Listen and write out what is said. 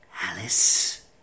Alice